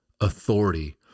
authority